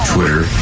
Twitter